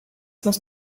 must